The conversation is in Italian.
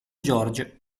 jorge